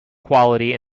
quality